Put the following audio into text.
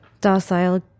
docile